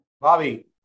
Bobby